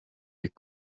est